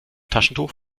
taschentuch